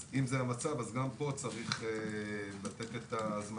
אז אם זה המצב אז גם פה צריך לתת את הזמנים